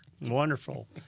wonderful